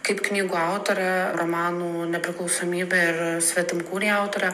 kaip knygų autorė romanų nepriklausomybė ir svetimkūniai autorė